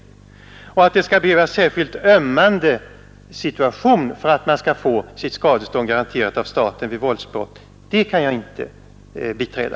Uppfattningen att det bör föreligga en särskilt ömmande situation för att vederbörande skall få sitt skadestånd garanterat av staten vid våldsbrott kan jag däremot inte biträda.